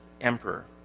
Emperor